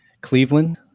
Cleveland